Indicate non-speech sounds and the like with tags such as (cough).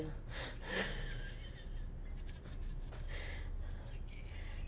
(laughs) (breath)